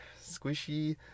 squishy